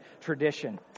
tradition